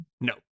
No